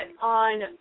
on